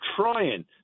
trying